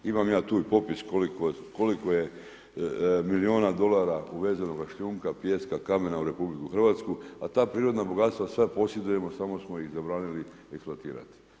Imam ja tu i popis koliko je milijuna dolara uveznoga šljunka, pijeska, kamena u RH, a ta prirodna bogatstva sve posjedujemo samo smo ih zabranili implementirati.